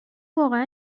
واقعا